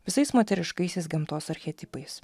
visais moteriškaisiais gamtos archetipais